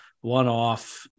one-off